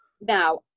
Now